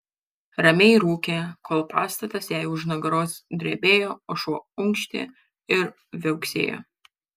ramiai rūkė kol pastatas jai už nugaros drebėjo o šuo unkštė ir viauksėjo